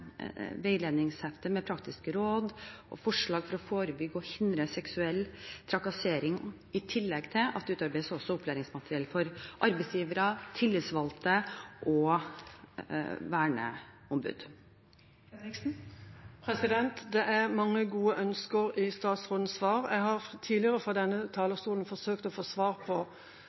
veiledningshefte med praktiske råd og forslag for å forebygge og hindre seksuell trakassering, i tillegg til at det utarbeides opplæringsmateriell for arbeidsgivere, tillitsvalgte og verneombud. Det er mange gode ønsker i statsrådens svar. Jeg har tidligere fra denne talerstolen forsøkt å få svar på